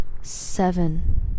Seven